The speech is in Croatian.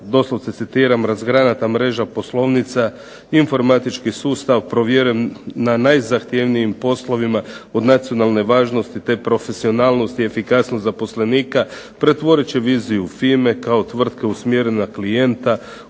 doslovce citiram razgranata mreža poslovnica, informatički sustav provjeren na najzahtjevnijim poslovima od nacionalne važnosti, te profesionalnost i efikasnost zaposlenika pretvorit ću viziju FINA-e kao tvrtke usmjerene na klijenta